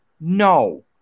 No